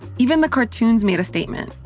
even the cartoons made a statement.